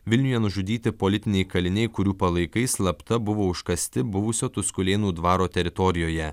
vilniuje nužudyti politiniai kaliniai kurių palaikai slapta buvo užkasti buvusio tuskulėnų dvaro teritorijoje